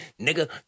nigga